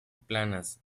planas